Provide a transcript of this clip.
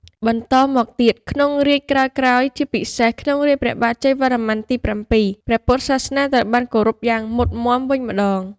បន្តមកទៀត ក្នុងរាជ្យក្រោយៗ ជាពិសេសក្នុងរាជព្រះបាទជ័យវរ្ម័នទី៧ ព្រះពុទ្ធ សាសនាត្រូវបានគោរពយ៉ាងមុតមាំវិញម្តង។